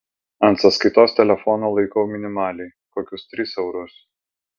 ant sąskaitos telefono laikau minimaliai kokius tris eurus